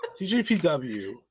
TJPW